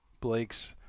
Blake's